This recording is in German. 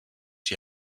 die